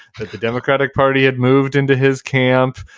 that the democratic party had moved into his camp,